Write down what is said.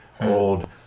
old